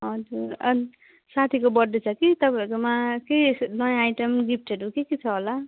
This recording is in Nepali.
हजुर साथीको बर्थडे छ कि तपाईँहरूकोमा के नयाँ आइटम गिफ्टहरू के के छ होला